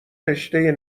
رشتهء